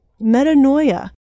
Metanoia